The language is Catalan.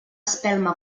espelma